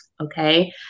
Okay